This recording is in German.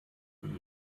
die